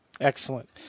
Excellent